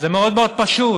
זה מאוד מאוד פשוט: